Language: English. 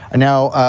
and now,